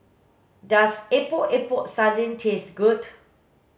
does epok epok sardin taste good